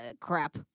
crap